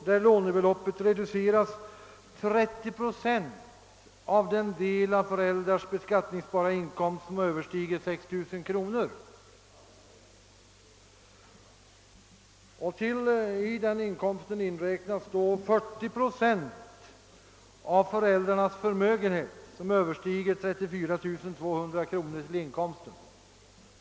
Lånebeloppet reduceras med 30 procent av den del av föräldrars beskattningsbara inkomst som överstiger 6 000 kronor. Till inkomsten räknas då 40 procent av den del av föräldrarnas förmögenhet som överstiger 34 200 kronor.